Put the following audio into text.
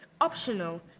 optional